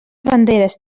banderes